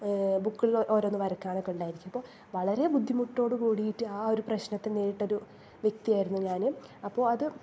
ബുക്കുകൾ ഓരോന്ന് വരയ്ക്കാൻ ഒക്കെ ഉണ്ടായിരിക്കും അപ്പോൾ വളരെ ബുദ്ധിമുട്ടോട് കൂടിയിട്ട് ആ ഒരു പ്രശ്നത്തെ നേരിട്ടൊരു വ്യക്തിയായിരുന്നു ഞാൻ അപ്പോൾ അത്